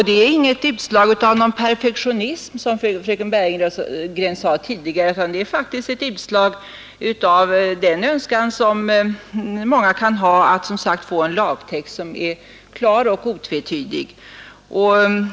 Det är inte något utslag av perfektionism, som fröken Bergegren tidigare sade, utan det är ett utslag av en önskan som många faktiskt kan ha att få en lagtext som är klar och otvetydig.